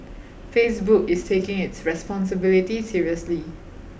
Facebook is taking its responsibility seriously